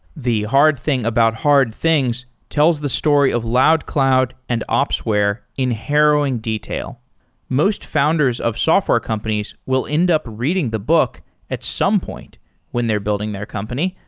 the hard thing about hard things tells the story of loudcloud and opsware in harrowing detail most founders of software companies will end up reading the book at some point when they're building their company,